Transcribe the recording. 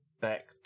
back